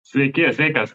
sveiki sveikas